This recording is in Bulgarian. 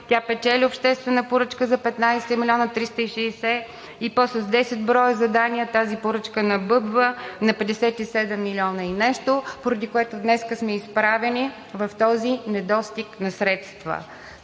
Тя печели обществена поръчка за 15 милиона 360 и после с 10 броя задания тази поръчка набъбва на 57 милиона и нещо, поради което днес сме изправени в този недостиг на средства.